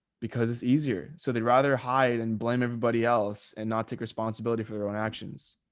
because it's easier. so they'd rather hide and blame everybody else and not take responsibility for their own actions.